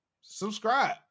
Subscribe